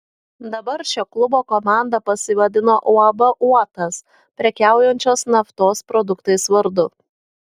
dabar šio klubo komanda pasivadino uab uotas prekiaujančios naftos produktais vardu